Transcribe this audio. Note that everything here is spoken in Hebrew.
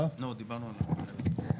דיברנו על תאי לחץ.